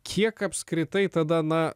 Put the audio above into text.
kiek apskritai tada na